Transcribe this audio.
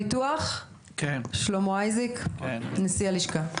הישראל, שלמה אייזיק נשיא הלשכה.